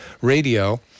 Radio